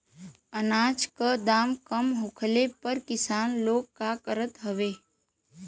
अनाज क दाम कम होखले पर किसान लोग का करत हवे?